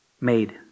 made